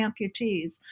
amputees